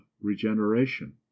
regeneration